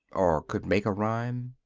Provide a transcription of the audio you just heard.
or could make a rhyme?